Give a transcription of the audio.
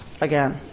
again